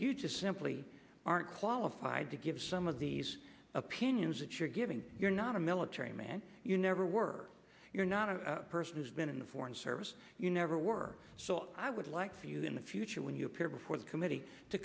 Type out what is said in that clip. you just simply aren't qualified to give some of these opinions that you're giving you're not a military man you never were you're not a person who's been in the foreign service you never were so i would like for you in the future when you appear before the committee to